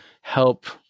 help